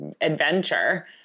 adventure